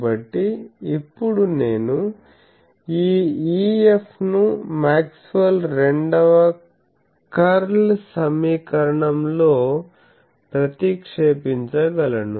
కాబట్టి ఇప్పుడు నేను ఈ EF ను మాక్స్వెల్ రెండవ కర్ల్ సమీకరణం లో Maxwell's second curl equation ప్రతిక్షేపించగలను